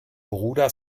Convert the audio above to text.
bruder